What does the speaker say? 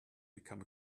become